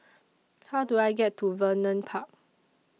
How Do I get to Vernon Park